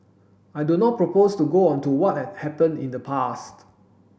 i do not propose to go onto what had happened in the past